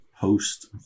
post